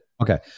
okay